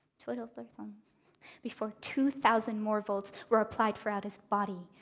twiddled their thumbs before two thousand more volts were applied throughout his body.